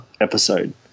episode